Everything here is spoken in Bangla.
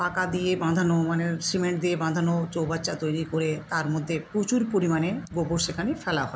পাকা দিয়ে বাঁধানো মানে সিমেন্ট দিয়ে বাঁধানো চৌবাচ্চা তৈরি করে তার মধ্যে প্রচুর পরিমাণে গোবর সেখানে ফেলা হয়